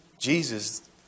Jesus